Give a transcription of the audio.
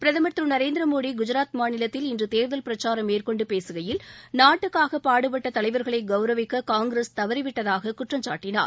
பிரதமா் திரு நரேந்திரமோடி குஜராத் மாநிலத்தில் இன்று தேர்தல் பிரச்சாரம் மேற்கொண்டு பேசுகையில் நாட்டுக்காக பாடுபட்ட தலைவர்களை கவுரவிக்க காங்கிரஸ் தவறிவிட்டதாகக் குற்றம்சாட்டினார்